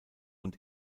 und